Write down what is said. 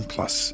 Plus